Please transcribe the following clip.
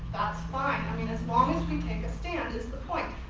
that's fine. i mean as long as we take a stand. it's the point.